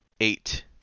eight